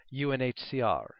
UNHCR